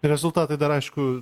rezultatai dar aišku